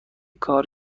کار